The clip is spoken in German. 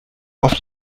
oft